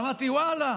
ואמרתי: ואללה,